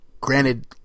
granted